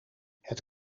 het